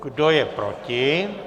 Kdo je proti?